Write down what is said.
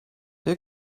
der